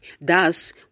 thus